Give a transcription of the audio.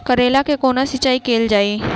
करैला केँ कोना सिचाई कैल जाइ?